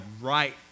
right